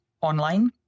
online